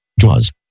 JAWS